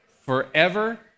forever